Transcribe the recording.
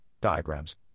diagrams